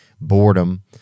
boredom